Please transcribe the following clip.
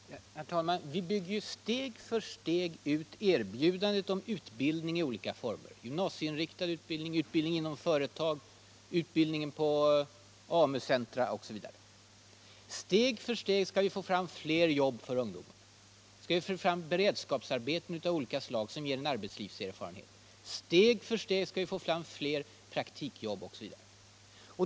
Herr talman! Vi bygger ju steg för steg ut erbjudandet om utbildning i olika former: gymnasieinriktad utbildning, utbildning inom företag, utbildning på AMU-centra osv. Steg för steg skall vi skapa fler jobb för ungdomen: beredskapsarbeten av olika slag som ger arbetslivserfarenhet, steg för steg skall vi få fram fler praktikjobb osv.